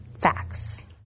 facts